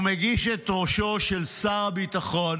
הוא מגיש את ראשו של שר הביטחון